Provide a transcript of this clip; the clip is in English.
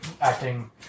acting